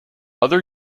other